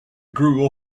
grew